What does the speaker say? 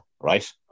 right